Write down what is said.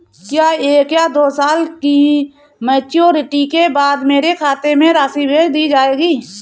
क्या एक या दो साल की मैच्योरिटी के बाद मेरे खाते में राशि भेज दी जाएगी?